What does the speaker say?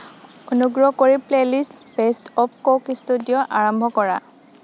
অনুগ্ৰহ কৰি playlist best of cook studio আৰম্ভ কৰা